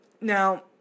now